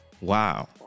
wow